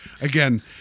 again